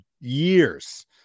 years